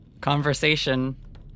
conversation